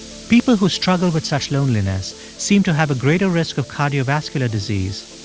people who struggle with such loneliness seem to have a greater risk of cardiovascular disease,